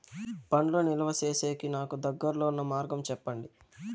పండ్లు నిలువ సేసేకి నాకు దగ్గర్లో ఉన్న మార్గం చెప్పండి?